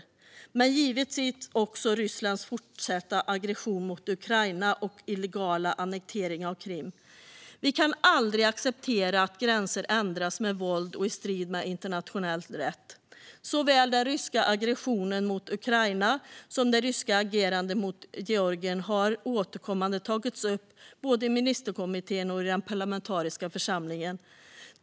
Men det gäller givetvis också Rysslands fortsatta aggression mot Ukraina och illegala annektering av Krim. Vi kan aldrig acceptera att gränser ändras med våld och i strid med internationell rätt. Såväl den ryska aggressionen mot Ukraina som det ryska agerandet mot Georgien har återkommande tagits upp både i ministerkommittén och i den parlamentariska församlingen.